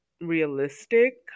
realistic